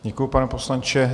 Děkuji, pane poslanče.